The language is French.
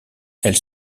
elle